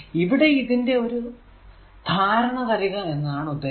ഇവിടെ ഇതിന്റെ ഒരു ധാരണ തരിക എന്നതാണ് ഉദ്ദേശ്യം